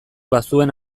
bazuen